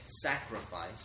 sacrifice